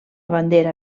bandera